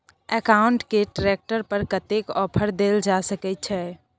Escort के tractor पर कतेक ऑफर दैल जा सकेत छै?